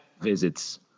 visits